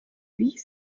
wich